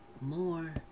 more